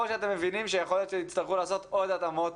או שאתם מבינים שיכול להיות שתצטרכו לעשות עוד התאמות,